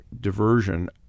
diversion